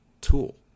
tool